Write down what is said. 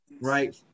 right